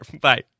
Bye